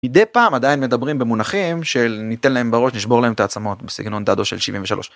מדי פעם עדיין מדברים במונחים של ניתן להם בראש נשבור להם את העצמות בסגנון דאדו של 73.